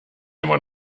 immer